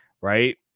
right